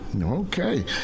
okay